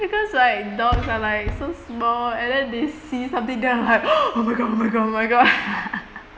because like dogs are like so small and then they see something then I'm like oh my god oh my god oh my god